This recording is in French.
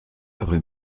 rue